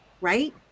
Right